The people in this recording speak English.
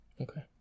Okay